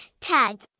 tag